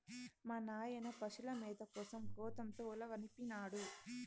మా నాయన పశుల మేత కోసం గోతంతో ఉలవనిపినాడు